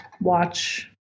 watch